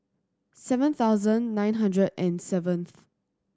seven thousand nine hundred and seventh